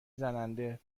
زننده